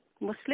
Muslim